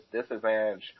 disadvantage